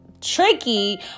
tricky